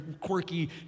quirky